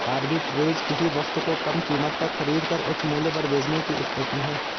arbitrage किसी वस्तु को कम कीमत पर खरीद कर उच्च मूल्य पर बेचने की स्थिति है